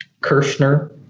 Kirschner